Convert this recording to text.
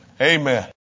amen